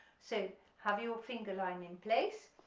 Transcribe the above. so have your finger line in place,